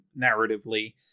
narratively